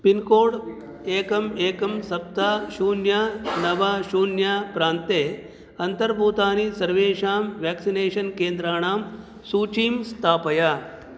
pincode एकम् एकं सप्त शून्यं नव शून्यं प्रान्ते अन्तर्भूतानि सर्वेषां व्याक्सिनेषन् केन्द्राणां सूचिं स्थापय